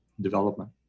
development